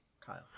Kyle